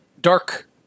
Dark